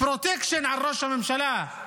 פרוטקשן על ראש הממשלה.